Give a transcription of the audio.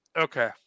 Okay